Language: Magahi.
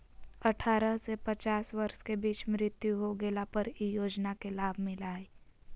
अठारह से पचास वर्ष के बीच मृत्यु हो गेला पर इ योजना के लाभ मिला हइ